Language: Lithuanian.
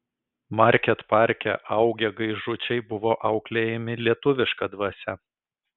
market parke augę gaižučiai buvo auklėjami lietuviška dvasia